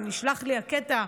אבל נשלח לי הקטע,